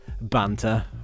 banter